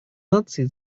наций